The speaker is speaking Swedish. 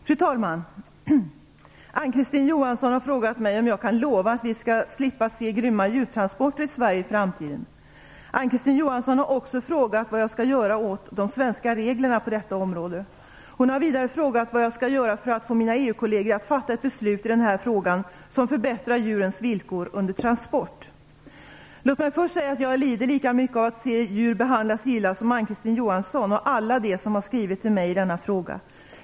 Fru talman! Ann-Kristine Johansson har frågat mig om jag kan lova att vi skall slippa se grymma djurtransporter i Sverige i framtiden. Ann-Kristine Johansson har också frågat vad jag skall göra åt de svenska reglerna på detta område. Hon har vidare frågat vad jag skall göra för att få mina EU-kolleger att fatta ett beslut i den här frågan som förbättrar djurens villkor under transport. Låt mig först säga att jag lider lika mycket av att se djur behandlas illa som Ann-Kristine Johansson och alla de som skrivit till mig i denna fråga.